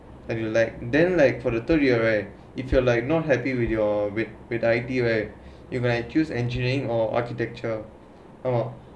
and you like then like for the third year right if you're like not happy with your with your I_D right you can choose engineering or architecture